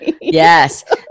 Yes